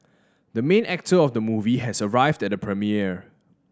the main actor of the movie has arrived at the premiere